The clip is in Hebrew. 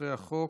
אחרי החוק.